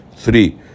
Three